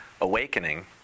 awakening